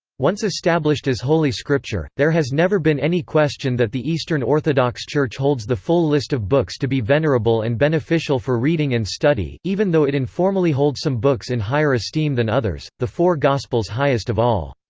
once established as holy scripture, there has never been any question that the eastern orthodox church holds the full list of books to be venerable and beneficial for reading and study, even though it informally holds some books in higher esteem than others, the four gospels highest of all.